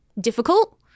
difficult